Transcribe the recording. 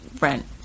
rent